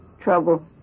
Trouble